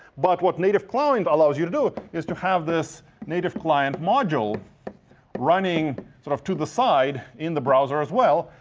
but what native client allows you to do is to have this native client module running sort of to the side in the browser as well.